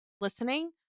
listening